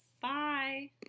Bye